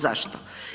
Zašto?